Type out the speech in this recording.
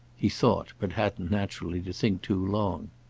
he thought but hadn't, naturally, to think too long.